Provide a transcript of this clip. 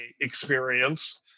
experience